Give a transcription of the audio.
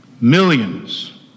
millions